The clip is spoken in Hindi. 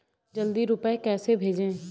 जल्दी रूपए कैसे भेजें?